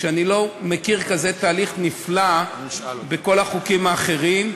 אני לא מכיר כזה תהליך נפלא בכל החוקים האחרים.